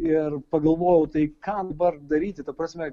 ir pagalvojau tai ką dabar daryti ta prasme